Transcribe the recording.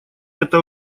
это